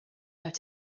out